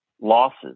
losses